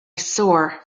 sore